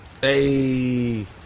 hey